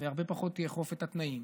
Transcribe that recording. והרבה פחות יאכוף את התנאים,